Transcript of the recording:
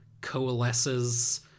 coalesces